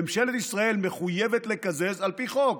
ממשלת ישראל מחויבת לקזז, על פי חוק,